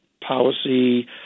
policy